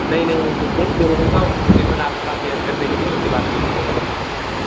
नहीं नहीं कुछ नहीं जो होगा हम लोकेशन आपके पास शेयर कर देंगे उसके बाद फिर इन्फॉर्म करना बताएँगे